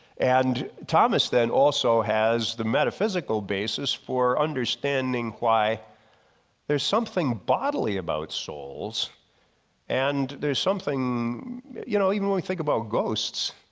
and thomas then also has the metaphysical basis for understanding why there's something bodily about souls and there's something you know even when we think about ghosts,